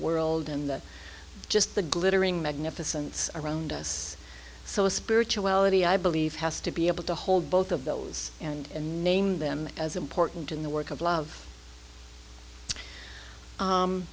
world and just the glittering magnificence around us so spirituality i believe has to be able to hold both of those and name them as important in the work of love